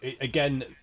again